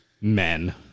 men